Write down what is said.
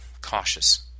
cautious